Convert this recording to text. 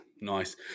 Nice